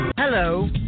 Hello